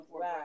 Right